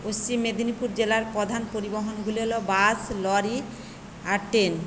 পশ্চিম মেদিনীপুর জেলার প্রধান পরিবহনগুলি হলো বাস লরি আর ট্রেন